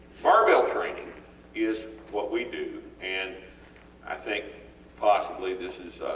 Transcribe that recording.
barbell training is what we do and i think possibly this is